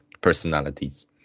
personalities